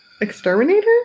exterminator